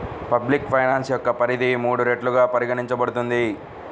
public finance యొక్క పరిధి మూడు రెట్లుగా పరిగణించబడుతుంది